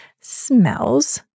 smells